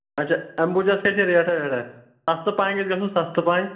اَچھا اَمبوٗجَس کیاہ چھ ریٹھا ویٹھا سَستہٕ پَہَن گژھِ گژھُن سَستہٕ پَہَن